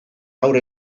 gaur